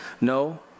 No